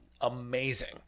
amazing